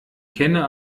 kenne